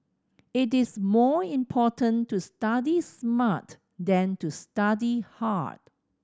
it is more important to study smart than to study hard